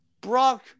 Brock